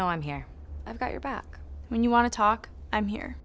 know i'm here i've got your back when you want to talk i'm here